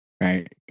Right